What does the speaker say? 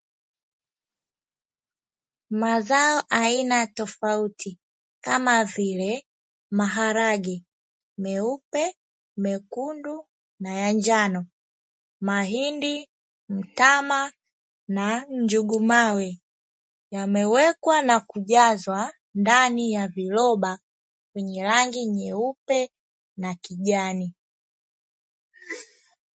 Mazao aina tofauti, kama vile: maharage meupe, mekundu na ya njano, mahindi, mtama na njugu mawe, yamewekwa na kujazwa ndani ya viroba vyenye rangi nyeupe na kijani.